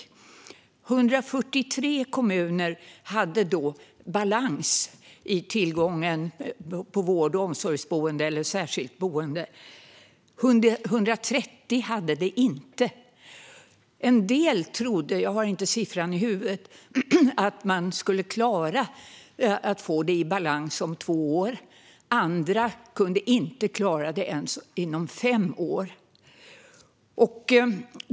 143 kommuner hade då balans i tillgången på vård och omsorgsboenden eller särskilda boenden. 130 hade det inte. En del trodde - jag har inte siffran i huvudet - att man skulle klara att få det i balans om två år. Andra kunde inte klara det ens inom fem år.